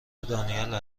دانیل